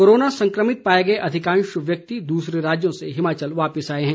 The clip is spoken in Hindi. कोरोना संक्रमित पाए गए अधिकांश व्यक्ति दूसरे राज्यों से हिमाचल वापिस आए हैं